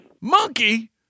monkey